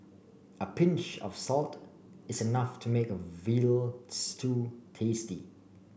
a pinch of salt is enough to make a veal stew tasty